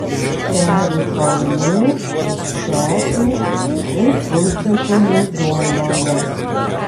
peri kalnų stepių ir pusdykumių zonoje